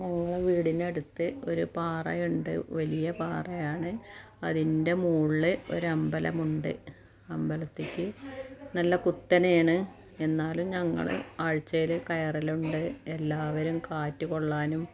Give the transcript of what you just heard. ഞങ്ങളെ വീടിനടുത്ത് ഒരു പാറയുണ്ട് വലിയ പറയാണ് അതിൻ്റെ മോളിൽ ഒരു അമ്പലമുണ്ട് അമ്പലത്തിൽക്ക് നല്ല കുത്തനെയാണ് എന്നാലും ഞങ്ങൾ ആഴ്ച്ചയിൽ കയറലുണ്ട് എല്ലാവരും കാറ്റ് കൊള്ളാനും